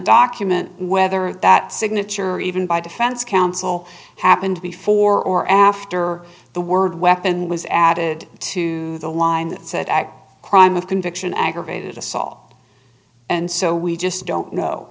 document whether that signature or even by defense counsel happened before or after the word weapon was added to the line that said act crime of conviction aggravated assault and so we just don't know